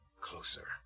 closer